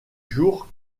jours